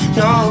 no